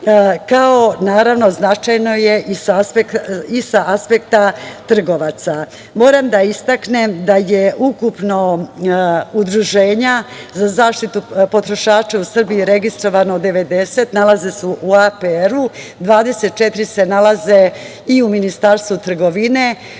kao naravno značajno je i sa aspekta trgovaca. Moram da istaknem da je ukupno udruženja za zaštitu potrošača u Srbiji registrovano 90. Nalaze se u APR-u, 24 se nalaze i u Ministarstvu trgovine